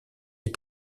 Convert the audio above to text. les